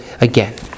again